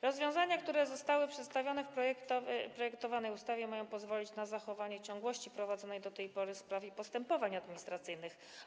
Rozwiązania, które zostały przedstawione w projektowanej ustawie, mają pozwolić na zachowanie ciągłości prowadzonych do tej pory spraw i postępowań administracyjnych.